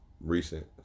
recent